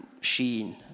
sheen